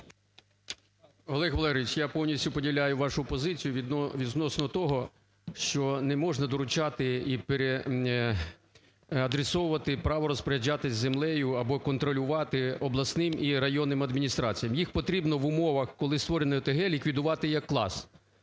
Олег Валерійович, я повністю поділяю вашу позицію відносно того, що не можна доручати і переадресовувати право розпоряджатися землею або контролювати обласним і районним адміністраціям. Їх потрібно в умовах, коли створено ОТГ, ліквідувати як клас.